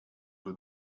with